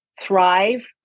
thrive